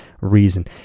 reason